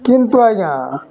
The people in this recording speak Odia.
କିନ୍ତୁ ଆଜ୍ଞା